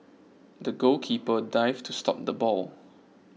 the goalkeeper dived to stop the ball